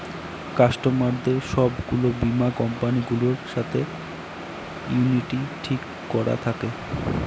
কাস্টমারদের সব গুলো বীমা কোম্পানি গুলোর সাথে ইউনিটি ঠিক করা থাকে